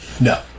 No